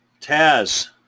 Taz